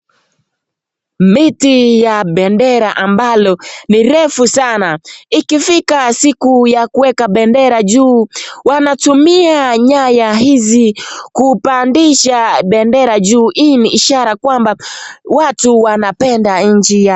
Miti ya bendera ambalo ni refu sana. Ikifika siku ya kuweka bendera juu wanatumia nyaya hizi kupandisha bendera juu , hii ni ishara kwamba watu wanapenda nchi yao.